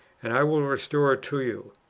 and i will restore it to you.